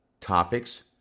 topics